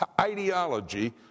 ideology